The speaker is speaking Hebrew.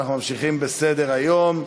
אנחנו ממשיכים בסדר-היום.